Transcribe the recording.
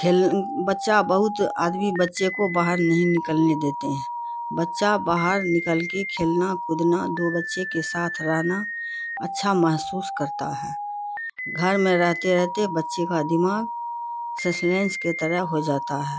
کھیل بچہ بہت آدمی بچے کو باہر نہیں نکلنے دیتے ہیں بچہ باہر نکل کے کھیلنا کودنا دو بچے کے ساتھ رہنا اچھا محسوس کرتا ہے گھر میں رہتے رہتے بچے کا دماغ سسلینس کے طرح ہو جاتا ہے